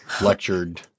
lectured